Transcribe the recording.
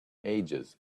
ages